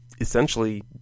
essentially